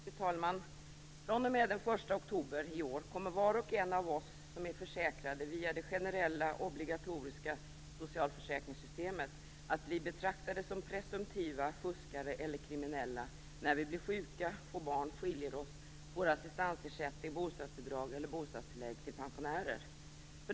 Fru talman! fr.o.m. den 1 oktober i år kommer var och en av oss som är försäkrade via det generella obligatoriska socialförsäkringssystemet att bli betraktade som presumtiva fuskare eller kriminella när vi blir sjuka, får barn, skiljer oss, får assistansersättning, bostadsbidrag eller bostadstillägg till pensionärer.